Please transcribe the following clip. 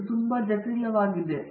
ಇದು ತುಂಬಾ ಜಟಿಲವಾಗಿದೆ